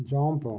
jump